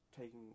taking